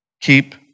keep